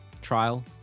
trial